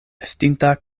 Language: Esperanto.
estinta